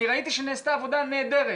אני ראיתי שנעשתה עבודה נהדרת,